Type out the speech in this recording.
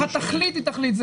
פה הטקטיקה --- לא,